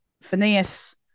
Phineas